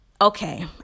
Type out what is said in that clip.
Okay